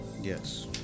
Yes